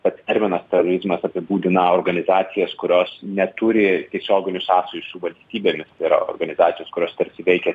pats terminas terorizmas apibūdina organizacijas kurios neturi tiesioginių sąsajų su valstybėmis tai yra organizacijos kurios tarsi veikia